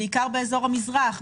בעיקר באזור המזרח,